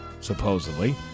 supposedly